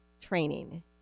training